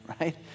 right